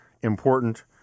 important